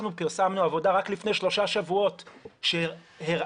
אנחנו פרסמנו עבודה רק לפני שלושה שבועות שהראתה